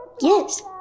Yes